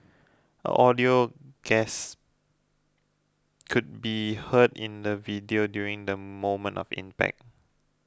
an audible gas could be heard in the video during the moment of impact